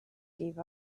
gave